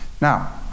Now